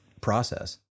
process